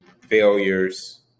failures